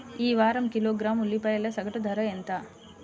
ఈ వారం కిలోగ్రాము ఉల్లిపాయల సగటు ధర ఎంత?